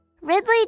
ridley